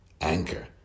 Anchor